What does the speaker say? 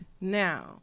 Now